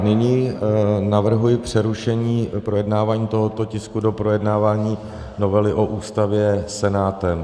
Nyní navrhuji přerušení projednávání tohoto tisku do projednávání novely o Ústavě Senátem.